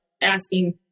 asking